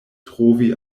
trovi